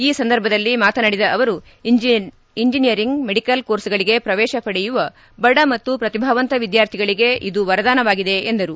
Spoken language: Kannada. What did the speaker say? ಈ ಸಂದರ್ಭದಲ್ಲಿ ಮಾತನಾಡಿದ ಅವರು ಇಂಜಿನಿಯರಿಂಗ್ ಮೆಡಿಕಲ್ ಕೋರ್ಸ್ಗಳಿಗೆ ಪ್ರವೇಶ ಪಡೆಯುವ ಬಡ ಮತ್ತು ಪ್ರತಿಭಾವಂತ ವಿದ್ಯಾರ್ಥಿಗಳಿಗೆ ಇದು ವರದಾನವಾಗಿದೆ ಎಂದರು